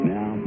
Now